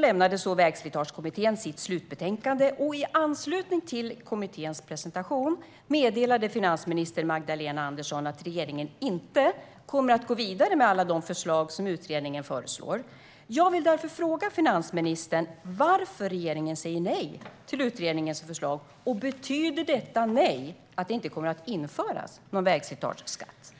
lämnade Vägslitageskattekommittén sitt slutbetänkande, och i anslutning till kommitténs presentation meddelade finansminister Magdalena Andersson att regeringen inte kommer att gå vidare med alla utredningens förslag. Jag vill därför fråga finansministern varför regeringen säger nej till utredningens förslag och om detta nej betyder att det inte kommer att införas någon vägslitageskatt.